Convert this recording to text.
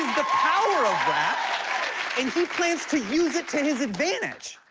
the power of rap, and he plans to use it to his advantage.